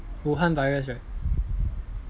wuhan virus right